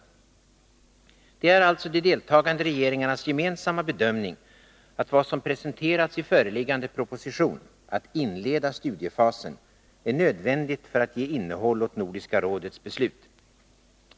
Tisdagen den Det är alltså de deltagande regeringarnas gemensamma bedömning att vad 25 maj 1982 som presenterats i föreliggande proposition — att inleda studiefasen — är nödvändigt för att ge innehåll åt Nordiska rådets beslut.